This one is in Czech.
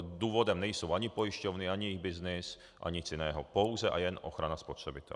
Důvodem nejsou ani pojišťovny ani byznys a nic jiného, pouze a jen ochrana spotřebitele.